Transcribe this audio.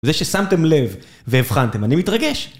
זה ששמתם לב והבחנתם, אני מתרגש.